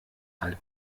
halt